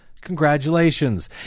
congratulations